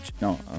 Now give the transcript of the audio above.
No